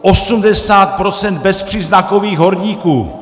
80 % bezpříznakových horníků!